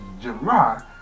July